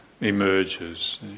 emerges